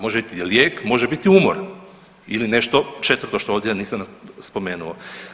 Može biti lijek, može biti umor ili nešto četvrto što ovdje nisam spomenuo.